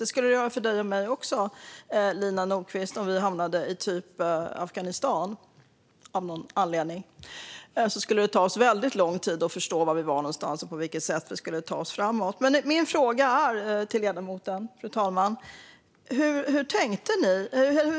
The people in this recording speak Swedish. Det skulle vara så för Lina Nordquist och för mig om vi hamnade i till exempel Afghanistan, av någon anledning. Det skulle ta lång tid för oss att förstå var vi är någonstans och på vilket sätt vi ska ta oss framåt. Fru talman!